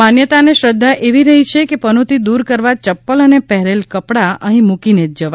માન્યતા અને શ્રદ્ધા એવી રહી છે કે પનોતી દૂર કરવા ચપ્પલ અને પહેરેલ કપડા અહીં મૂકીને જવા